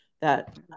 that-